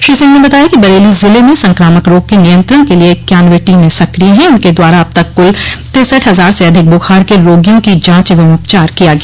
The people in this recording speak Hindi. श्री सिंह ने बताया कि बरेली जिले में संक्रामक रोग के नियंत्रण के लिए इक्यानवे टीमें सक्रिय है उनके द्वारा अब तक कुल तिरसठ हजार से अधिक बुखार के रोगियों की जांच एवं उपचार किया गया